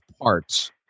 parts